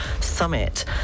summit